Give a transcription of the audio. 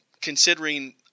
considering